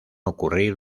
ocurrir